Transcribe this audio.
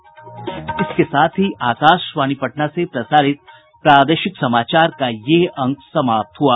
इसके साथ ही आकाशवाणी पटना से प्रसारित प्रादेशिक समाचार का ये अंक समाप्त हुआ